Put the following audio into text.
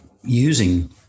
using